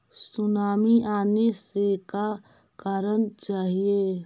Tsunami आने से का करना चाहिए?